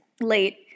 late